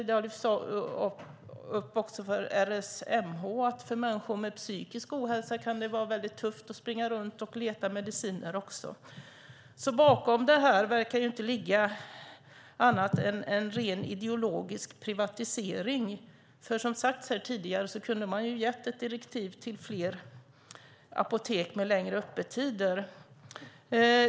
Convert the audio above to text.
Det har också lyfts fram av RSMH att det för människor med psykisk ohälsa kan vara väldigt tufft att springa runt och leta efter mediciner. Bakom detta verkar det alltså inte ligga annat än ren ideologisk privatisering. Som har sagts här tidigare kunde man nämligen ha gett ett direktiv till fler apotek med längre öppettider.